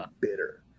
bitter